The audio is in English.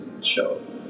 show